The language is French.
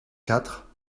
quatre